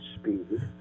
speed